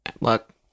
Look